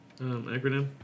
acronym